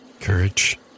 courage